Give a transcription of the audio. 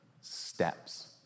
steps